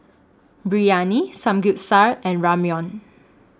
Biryani Samgyeopsal and Ramyeon